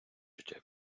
життя